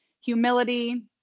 humility